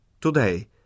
Today